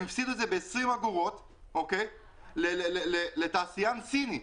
הם הפסידו את זה ב-20 אגורות לתעשיין סיני.